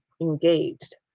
engaged